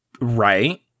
Right